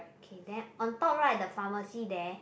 okay then on top right the pharmacy there